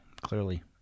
Clearly